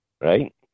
right